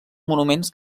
monuments